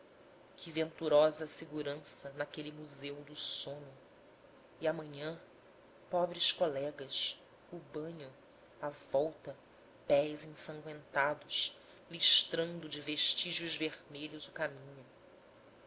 que venturosa segurança naquele museu de sono e amanhã pobres colegas o banho a volta pés ensangüentados listrando de vestígios vermelhos o caminho